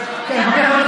איתן, תן לו לדבר.